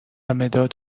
مداد